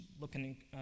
looking